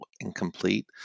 incomplete